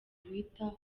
bita